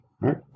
right